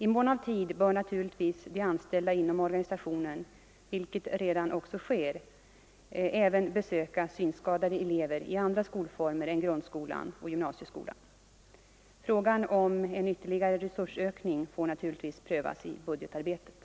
I mån av tid bör naturligtvis de Torsdagen den anställda inom organisationen — vilket också redan sker — även besöka 9 maj 1974 synskadade elever i andra skolformer än grundskola och gymnasieskola. Frågan om en ytterligare resursökning får naturligtvis prövas i budgetarbetet.